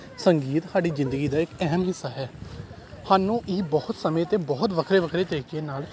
ਸੰਗੀਤ ਸਾਡੀ ਜ਼ਿੰਦਗੀ ਦਾ ਇੱਕ ਅਹਿਮ ਹਿੱਸਾ ਹੈ ਸਾਨੂੰ ਇਹ ਬਹੁਤ ਸਮੇਂ 'ਤੇ ਬਹੁਤ ਵੱਖਰੇ ਵੱਖਰੇ ਤਰੀਕੇ ਨਾਲ